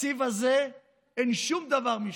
בתקציב הזה אין שום דבר משניהם.